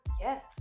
Yes